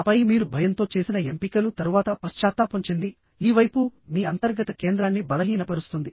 ఆపై మీరు భయంతో చేసిన ఎంపికలు తరువాత పశ్చాత్తాపం చెంది ఈ వైపు మీ అంతర్గత కేంద్రాన్ని బలహీనపరుస్తుంది